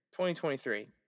2023